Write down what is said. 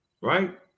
right